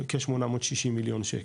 בכ-860 מיליון שקל.